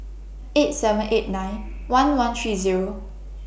eight seven eight nine one one three Zero